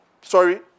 Sorry